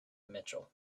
mitchell